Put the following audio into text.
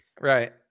Right